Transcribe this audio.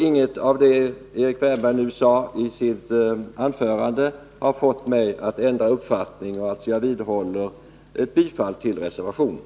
Ingenting av vad Erik Wärnberg nu sade i sitt anförande har fått mig att ändra uppfattning. Jag vidhåller mitt yrkande om bifall till reservationen.